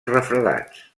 refredats